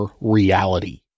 reality